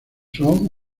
son